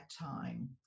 time